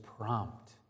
prompt